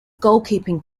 goalkeeping